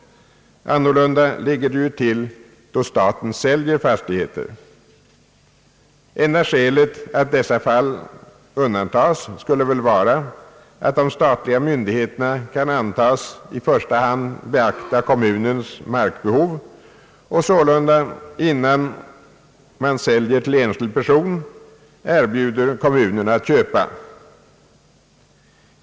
Annorlunda ligger det ju till då staten säljer fastigheter. Enda skälet att dessa fall undantas skulle väl vara att de statliga myndigheterna kan antagas i första hand beakta kommunens markbehov och sålunda, innan de säljer till enskild person, erbjuda kommunen att köpa.